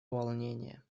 волнения